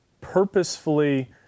purposefully